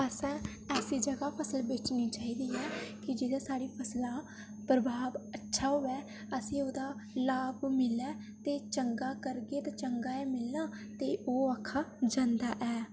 ते असें ऐसी जगह फसल बेचनी चाहिदी ऐ जित्थें साढ़ी फसले दा प्रभाव अच्छा होऐ असें ई ओह्दा लाभ मिलै ते चंगा करगे ते चंगा ऐ मिलना ते ओह् आखेआ जंदा ऐ